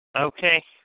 Okay